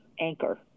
anchor